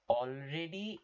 already